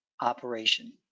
operation